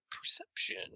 perception